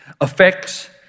affects